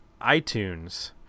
iTunes